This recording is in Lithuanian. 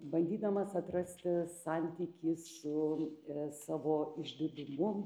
bandydamas atrasti santykį su savo išdidumu